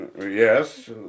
Yes